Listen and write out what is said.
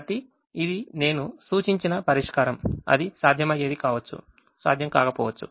కాబట్టి ఇది నేను సూచించిన పరిష్కారం అది సాధ్యమయ్యేది కావచ్చు సాధ్యం కాకపోవచ్చు